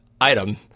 item